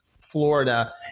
Florida